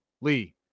Lee